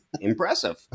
impressive